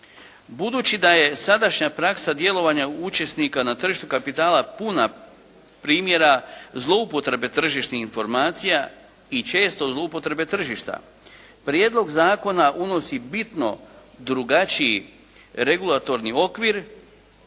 Budući da je sadašnja praksa djelovanja učesnika na tržištu kapitala puna primjer zloupotrebe tržišnih informacija i često zloupotrebe tržišta, prijedlog zakona unosi bitno drugačiji regulatorni okvir